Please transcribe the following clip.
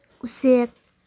ꯎꯆꯦꯛ